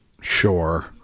Sure